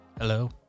Hello